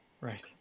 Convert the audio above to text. Right